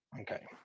Okay